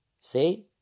see